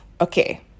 okay